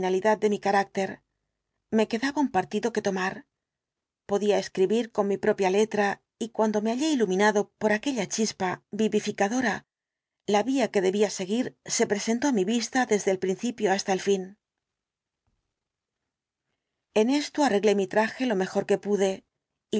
de mi carácter me quedaba un partido que tomar podía escribir con mi propia letra y cuando me hallé iluminado por aquella chispa vivificadora la vía que debía seguir se presentó á mi vista desde el principio hasta el fin en esto arreglé mi traje lo mejor que pude